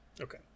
Okay